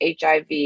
HIV